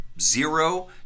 zero